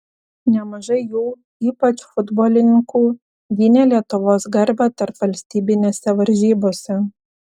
nemažai jų ypač futbolininkų gynė lietuvos garbę tarpvalstybinėse varžybose